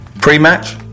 pre-match